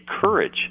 courage